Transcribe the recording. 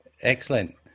excellent